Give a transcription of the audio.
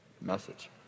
message